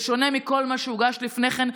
בשונה מכל מה שהוגש לפני כן,